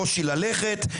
מקושי ללכת,